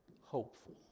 hopeful